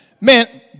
Man